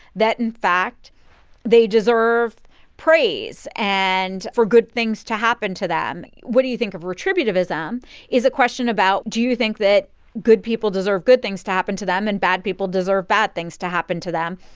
that in fact they deserve praise and for good things to happen to them. what do you think of retributive ism is a question about do you think that good people deserve good things to happen to them and bad people deserve bad things to happen to them?